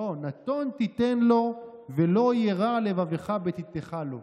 נתון תתן לו ולא ירע לבבך בתתך לו".